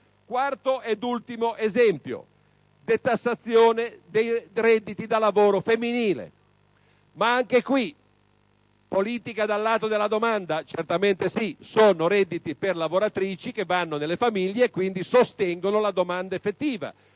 Quarto ed ultimo esempio: detassazione dei redditi da lavoro femminile. È da considerarsi una politica dal lato della domanda? Certamente sì: sono redditi per lavoratrici che vanno nelle famiglie e quindi sostengono la domanda effettiva